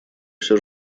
все